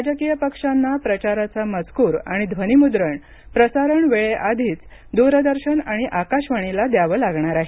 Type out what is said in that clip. राजकीय पक्षांना प्रचाराचा मजकूर आणि ध्वनीमुद्रण प्रसारण वेळेआधीच दूरदर्शन आणि आकाशवाणीला द्यावं लागणार आहे